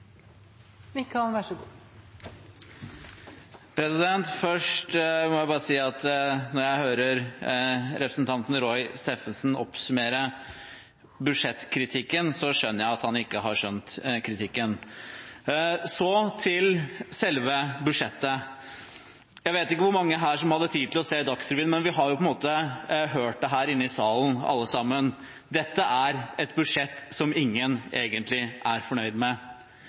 Roy Steffensen oppsummere budsjettkritikken, så skjønner jeg at han ikke har skjønt kritikken. Så til selve budsjettet. Jeg vet ikke hvor mange her som hadde tid til å se Dagsrevyen, men vi har jo på en måte hørt det her inne i salen, alle sammen – dette er et budsjett som ingen egentlig er fornøyd med.